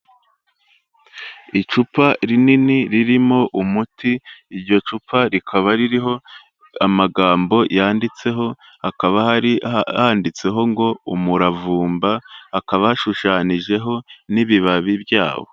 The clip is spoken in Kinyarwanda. Icupa rinini ririmo umuti iryo cupa rikaba ririho amagambo yanditseho, hakaba handitseho ngo umuravumba, hakaba hashushanyijeho n'ibibabi byawo.